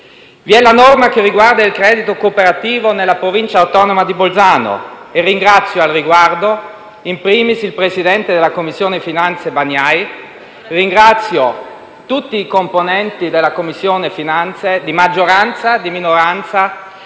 Vi è la norma che riguarda il credito cooperativo nella Provincia autonoma di Bolzano, e ringrazio al riguardo *in primis* il presidente della Commissione finanze Bagnai e tutti i componenti della Commissione, di maggioranza e di minoranza,